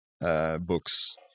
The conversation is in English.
books